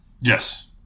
Yes